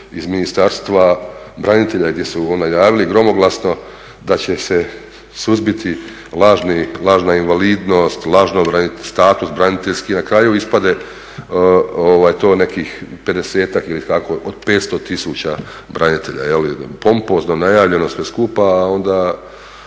iz Ministarstva branitelja gdje su najavili gromoglasno da će se suzbiti lažna invalidnost, lažni status braniteljski. Na kraju ispade to nekih pedesetak ili kako od 500 tisuća branitelja. Pompozno najavljeno sve skupa, a onda